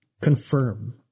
confirm